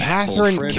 Catherine